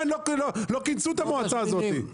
לא כינסו את המועצה הזו.